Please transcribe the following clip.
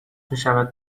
میشود